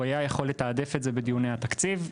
הוא היה יכול לתעדף את זה בדיוני התקציב.